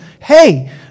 hey